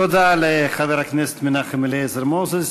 תודה רבה לחבר הכנסת מנחם אליעזר מוזס.